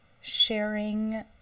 sharing